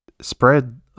spread